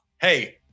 Hey